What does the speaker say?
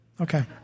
Okay